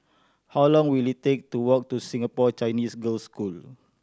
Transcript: how long will it take to walk to Singapore Chinese Girls' School